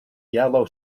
yellow